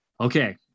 okay